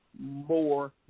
more